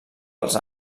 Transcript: als